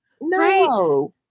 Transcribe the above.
No